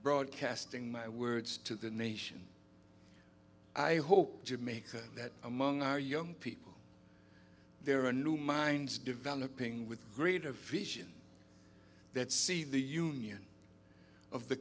broadcasting my words to the nation i hope jamaica that among our young people there are new minds developing with greed a vision that see the union of the